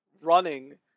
running